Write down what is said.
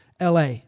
LA